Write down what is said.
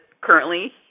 currently